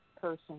person